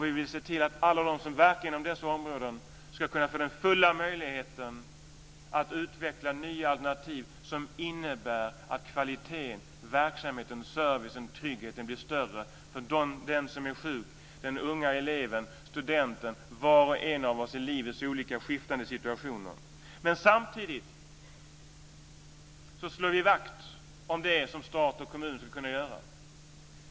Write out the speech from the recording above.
Vi vill se till att alla dem som verkar inom dessa områden ska kunna få den fulla möjligheten att utveckla nya alternativ som innebär att kvaliteten i verksamheten, servicen och tryggheten blir större för dem som blir sjuka, den unga eleven, studenten, var och en av oss i livets olika skiftande situationer. Samtidigt slår vi vakt om det som stat och kommun ska göra.